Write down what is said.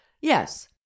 Yes